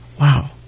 wow